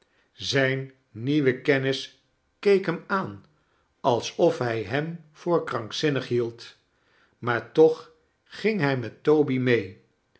zijn nieuwe kennis keek hem aan alsof hij hem voor krankzinnig hield maar toch ging hij met toby mee